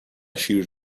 شیر